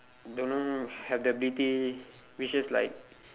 don't have the ability which is like